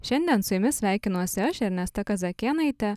šiandien su jumis sveikinuosi aš ernesta kazakėnaitė